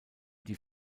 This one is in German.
die